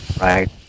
Right